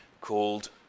called